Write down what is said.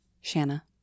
Shanna